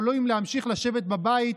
יכולים להמשיך לשבת בבית,